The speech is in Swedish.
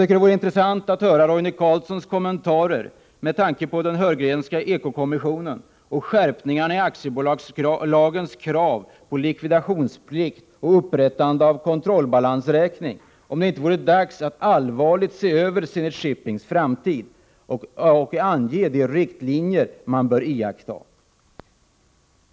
Det vore intressant att höra Roine Carlssons kommentarer — med tanke på den Heurgrenska eko-kommissionen och skärpningarna i aktiebolagslagens krav på likvidationsplikt och upprättande av kontrollbalansräkning — till frågeställningen om det inte vore dags att allvarligt se över Zenit Shippings framtid och ange de riktlinjer som bör iakttas.